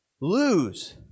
Lose